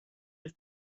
have